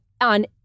on